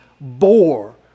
bore